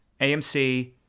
AMC